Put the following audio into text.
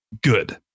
good